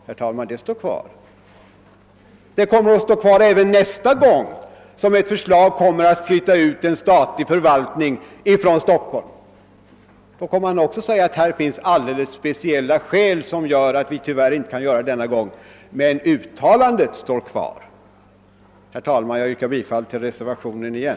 Herr talman! Det står givetvis kvar och det kommer det att göra även nästa gång det föreslås att en statlig förvaltning skall flyttas från Stockholm, Då kommer det också att sägas att det föreligger alldeles speciella skäl som gör att en utflyttning inte kan bli aktuell i det fallet, men att uttalandet står kvar. Herr talman! Jag yrkar på nytt bifall till reservationen.